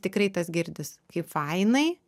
tikrai tas girdis kaip fainai